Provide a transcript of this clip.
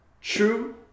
True